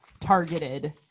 targeted